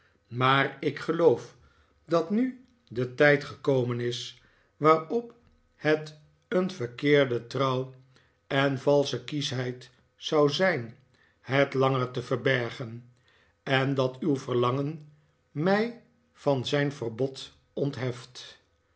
maar ik geloof dat nu de tijd is gekomen mijn tante schermutselt met de oude generaal waarop het een verkeerde trouw en valsche kieschheid zou zijn het langer te verbergen en dat uw verlangen mij van zijn verbod